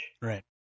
Right